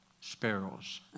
sparrows